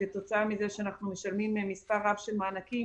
כתוצאה מזה שאנחנו משלמים מספר רב של מענקים.